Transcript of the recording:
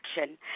action